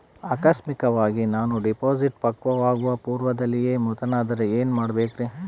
ಆಕಸ್ಮಿಕವಾಗಿ ನಾನು ಡಿಪಾಸಿಟ್ ಪಕ್ವವಾಗುವ ಪೂರ್ವದಲ್ಲಿಯೇ ಮೃತನಾದರೆ ಏನು ಮಾಡಬೇಕ್ರಿ?